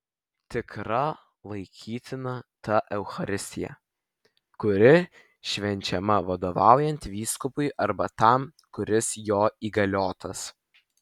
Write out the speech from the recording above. tikra laikytina ta eucharistija kuri švenčiama vadovaujant vyskupui arba tam kuris jo įgaliotas